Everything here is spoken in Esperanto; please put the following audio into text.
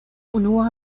unua